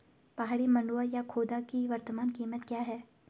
पहाड़ी मंडुवा या खोदा की वर्तमान कीमत क्या है?